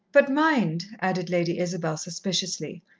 but mind, added lady isabel suspiciously,